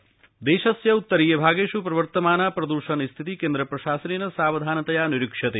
प्रदूषणं देशस्य उत्तरीय भागेष् प्रवर्तमाना प्रद्षणस्थितिः केन्द्रप्रशासनेन सावधानतया निरीक्ष्यते